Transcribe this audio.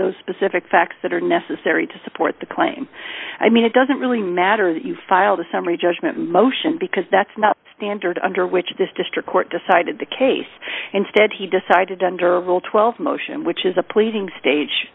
those specific facts that are necessary to support the claim i mean it doesn't really matter that you filed a summary judgment motion because that's not standard under which this district court decided the case instead he decided to enter of all twelve motion which is a pleading stage